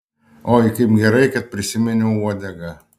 oi labai gerai kad prisiminiau uodegą